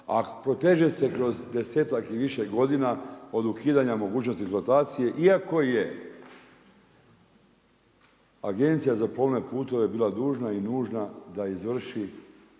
a proteže se kroz desetak i više godina od ukidanja mogućnosti eksploatacije iako je Agencija za plovne putove bila dužna i nužna da izvrši